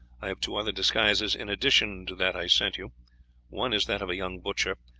i have two other disguises in addition to that i sent you one is that of a young butcher,